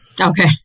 okay